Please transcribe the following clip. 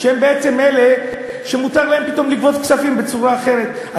שהם בעצם אלה שמותר להם פתאום לגבות כספים בצורה אחרת.